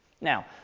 Now